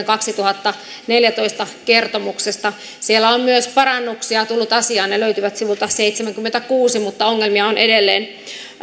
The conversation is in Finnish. kaksituhattaneljätoista kertomuksesta siellä on myös parannuksia tullut asiaan ne löytyvät sivulta seitsemänkymmentäkuusi mutta ongelmia on edelleen